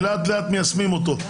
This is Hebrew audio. ולאט לאט מיישמים אותו.